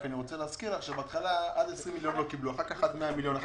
95% החזרי ארנונה ודמי אבטלה,